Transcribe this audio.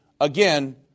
again